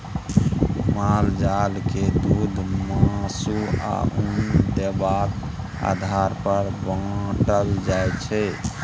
माल जाल के दुध, मासु, आ उन देबाक आधार पर बाँटल जाइ छै